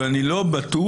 ואני לא בטוח